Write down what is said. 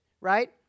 right